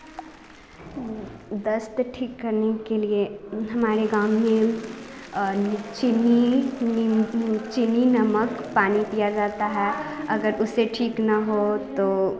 दस्त ठीक करने के लिए हमारे गाँव में चीनी नींबू चीनी नमक पानी पिया जाता है अगर उससे ठीक न हो तो